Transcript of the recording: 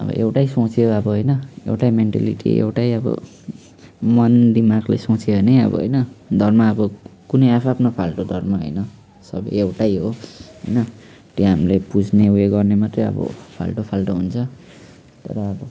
अब एउटै सोच्यो अब होइन एउटै मेन्टालिटी एउटै अब मन दिमागले सोच्यो भने अब होइन धर्म अब कुनै आफआफ्नो फाल्टो धर्म होइन सबै एउटै हो होइन त्यो हामीले बुझ्ने उयो गर्ने मात्रै अब फाल्टो फाल्टो हुन्छ तर अब